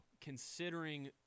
considering